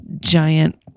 giant